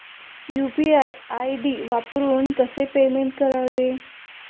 UPI ID वापरून कसे payment करावे?